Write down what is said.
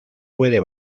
puede